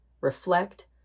reflect